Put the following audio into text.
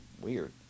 weird